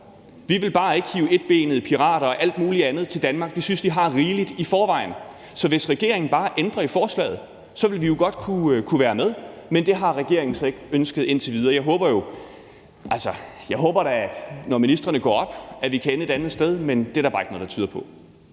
Vi vil bare ikke hive etbenede pirater og alt muligt andet til Danmark. Vi synes, vi har rigeligt i forvejen. Så hvis regeringen bare ville ændre i forslaget, ville vi jo godt kunne være med, men det har regeringen så ikke ønsket indtil videre. Jeg håber da, at når ministrene går op, kan vi ende et andet sted, men det er der bare ikke noget der tyder på.